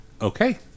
okay